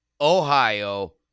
Ohio